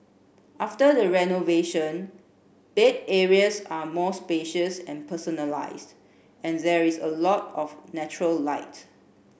after the renovation bed areas are more spacious and personalised and there is a lot of natural light